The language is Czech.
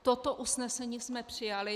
Toto usnesení jsme přijali.